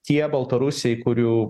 tie baltarusiai kurių